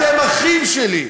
אתם אחים שלי,